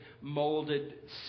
molded